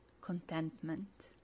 contentment